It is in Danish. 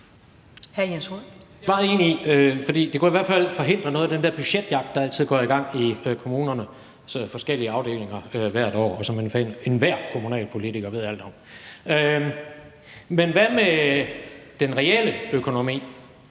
hvad med den reelle økonomi?